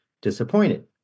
disappointed